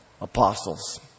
apostles